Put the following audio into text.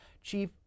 Chief